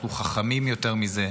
אנחנו חכמים יותר מזה.